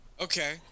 Okay